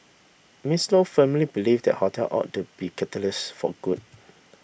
Miss Lo firmly believe that hotel ought to be catalysts for good